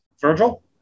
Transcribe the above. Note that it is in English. Virgil